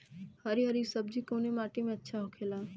हरी हरी सब्जी कवने माटी में अच्छा होखेला?